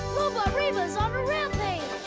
reba's on a rampage!